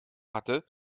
hatte